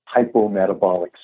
hypometabolic